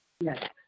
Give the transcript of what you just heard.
Yes